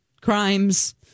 crimes